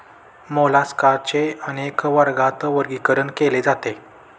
मोलास्काचे अनेक वर्गात वर्गीकरण केले जाते